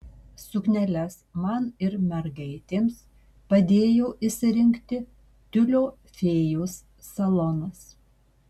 sukneles man ir mergaitėms padėjo išsirinkti tiulio fėjos salonas